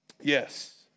Yes